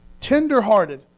Tender-hearted